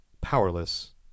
powerless